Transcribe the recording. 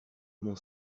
mon